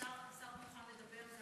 השר מוכן לדבר עם